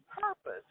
purpose